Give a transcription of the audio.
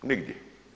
Nigdje.